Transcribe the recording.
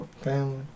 Family